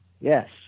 Yes